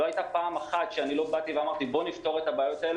בסדר גמור.